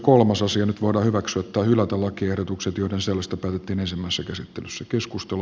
nyt voidaan hyväksyä tai hylätä lakiehdotukset joiden sisällöstä päätettiin ensimmäisessä käsittelyssä